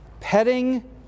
petting